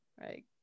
right